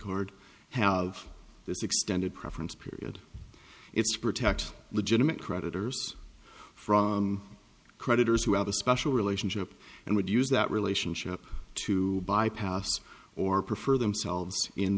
court have this extended preference period it's protect legitimate creditors from creditors who have a special relationship and would use that relationship to bypass or prefer themselves in